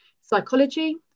psychology